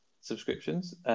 subscriptions